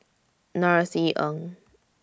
Norothy Ng